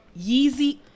Yeezy